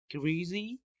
crazy